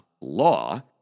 law